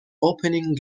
opening